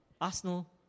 Arsenal